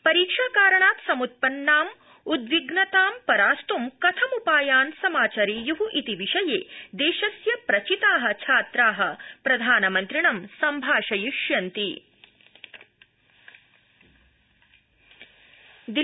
परीक्षाकारणात् सम्त्पन्नां उद्विग्नतां परास्त् कथम्पायान् समाचरेय् इति विषये देशस्य प्रचिता छात्रा प्रधानमन्त्रिणं सम्भाषयिष्यन्ति